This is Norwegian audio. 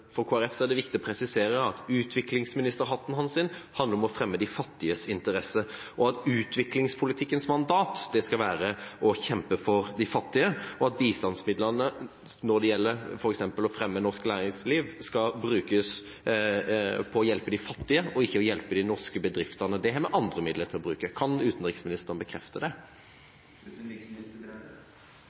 For Kristelig Folkeparti er det viktig å presisere at utviklingsministerhatten hans handler om å fremme de fattiges interesse, og at utviklingspolitikkens mandat skal være å kjempe for de fattige, og at bistandsmidlene når det gjelder f.eks. å fremme norsk næringsliv, skal brukes på å hjelpe de fattige og ikke hjelpe de norske bedriftene – til det har vi andre midler å bruke. Kan utenriksministeren bekrefte det?